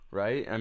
right